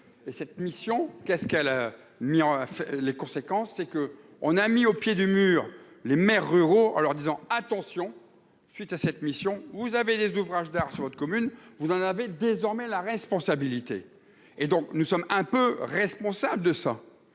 a mis en fait les conséquences c'est que on a mis au pied du mur les maires ruraux en leur disant attention, suite à cette mission, vous avez des ouvrages d'art sur votre commune, vous en avez désormais la responsabilité et donc nous sommes un peu responsable de ça